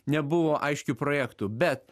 nebuvo aiškių projektų bet